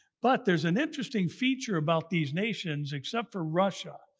but there is an interesting feature about these nations, except for russia.